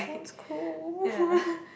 sounds cool